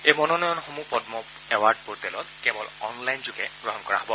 এই মনোনয়নসমূহ পদ্ম এৱাৰ্ড পোৰ্টেলত কেৱল অনলাইনযোগে গ্ৰহণ কৰা হ'ব